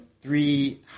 three